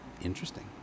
Interesting